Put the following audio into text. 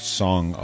song